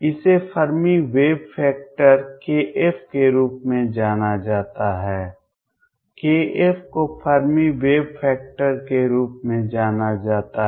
इसे Fermi wave vector kF के रूप में जाना जाता है kF को फर्मी वेव वेक्टर के रूप में जाना जाता है